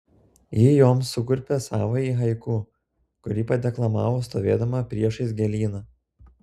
ji joms sukurpė savąjį haiku kurį padeklamavo stovėdama priešais gėlyną